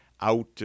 out